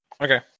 Okay